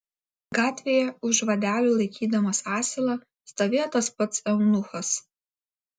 gatvėje už vadelių laikydamas asilą stovėjo tas pats eunuchas